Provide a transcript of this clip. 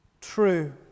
true